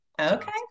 Okay